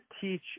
teach